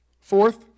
Fourth